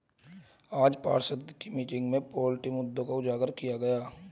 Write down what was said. आज पार्षद की मीटिंग में पोल्ट्री मुद्दों को उजागर किया गया